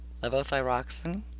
Levothyroxine